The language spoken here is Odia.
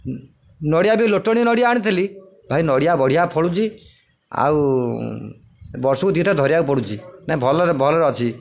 ନଡ଼ିଆ ବି ଲୋଟଣୀ ନଡ଼ିଆ ଆଣିଥିଲି ଭାଇ ନଡ଼ିଆ ବଢ଼ିଆ ଫଳୁଛି ଆଉ ବର୍ଷକୁ ଦୁଇଟା ଧରିବାକୁ ପଡ଼ୁଛି ନାହିଁ ଭଲରେ ଭଲରେ ଅଛି